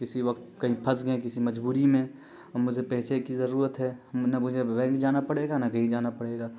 کسی وقت کہیں پھنس گئے ہیں کسی مجبوری میں اور مجھے پیسے کی ضرورت ہے نہ مجھے بینک جانا پڑے گا نہ کہیں جانا پڑے گا